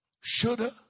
shoulda